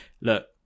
Look